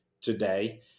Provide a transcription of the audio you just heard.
today